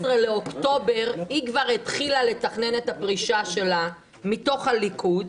באוקטובר התחילה לתכנן את הפרישה שלה מתוך הליכוד,